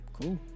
Cool